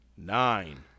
Nine